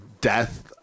death